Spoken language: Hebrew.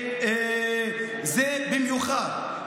"זה במיוחד".